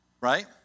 right